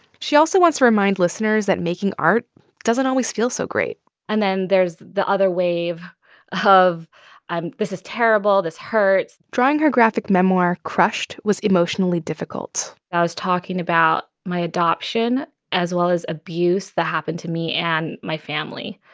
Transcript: she also wants to remind listeners that making art doesn't always feel so great and then there's the other wave of this is terrible, this hurts drawing her graphic memoir crushed was emotionally difficult i was talking about my adoption as well as abuse that happened to me and my family.